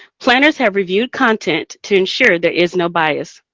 planners have reviewed content to ensure there is no bias.